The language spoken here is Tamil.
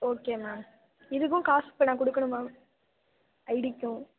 ஓகே மேம் இதுக்கும் காசு இப்போ நான் கொடுக்கணுமா ஐடிக்கும்